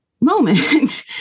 moment